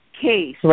case